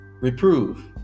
Reprove